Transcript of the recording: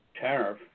tariff